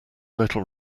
little